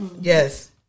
Yes